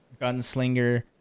Gunslinger